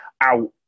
out